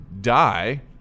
die